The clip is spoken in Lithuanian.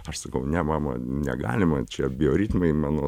aš sakau ne mama negalima čia bioritmai mano